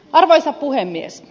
arvoisa puhemies